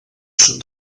són